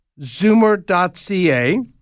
zoomer.ca